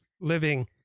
living